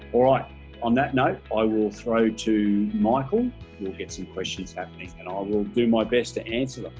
alright on that note i will throw to michael you'll get some questions happening and i um will do my best to answer them i